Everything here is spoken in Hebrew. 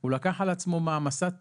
הוא לקח על עצמו מעמסה,